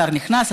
השר נכנס,